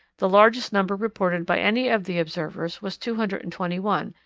the largest number reported by any of the observers was two hundred and twenty one,